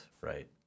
right